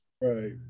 Right